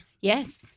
Yes